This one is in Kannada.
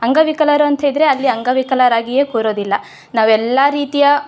ಅಂಗವಿಕಲರು ಅಂತಿದ್ದರೆ ಅಲ್ಲಿ ಅಂಗವಿಕಲರಾಗಿಯೇ ಕೂರೋದಿಲ್ಲ ನಾವೆಲ್ಲ ರೀತಿಯ